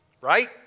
Right